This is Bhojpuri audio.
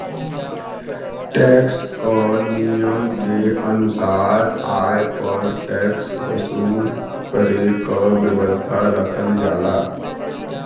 टैक्स क नियम के अनुसार आय पर टैक्स वसूल करे क व्यवस्था रखल जाला